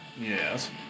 Yes